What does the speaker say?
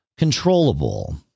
controllable